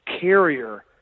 carrier